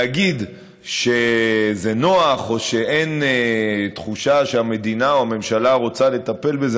להגיד שזה נוח או שאין תחושה שהמדינה או הממשלה רוצה לטפל בזה,